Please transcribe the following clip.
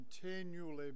continually